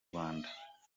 rwanda